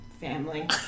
family